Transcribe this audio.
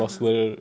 (uh huh)